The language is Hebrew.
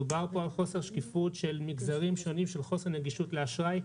דובר פה על חוסר שקיפות של מגזרים שונים של חוסר נגישות לאשראי,